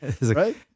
Right